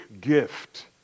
gift